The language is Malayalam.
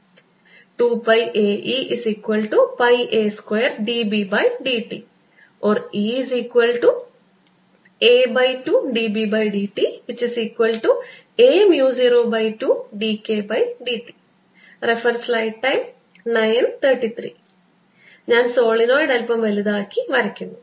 2πaEπa2dBdt or Ea2dBdta02dKdt ഞാൻ സോളിനോയ്ഡ് അല്പം വലുതാക്കി വരയ്ക്കുന്നു